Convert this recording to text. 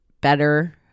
better